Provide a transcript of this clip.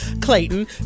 Clayton